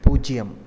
பூஜ்ஜியம்